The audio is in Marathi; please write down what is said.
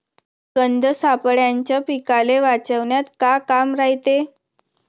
गंध सापळ्याचं पीकाले वाचवन्यात का काम रायते?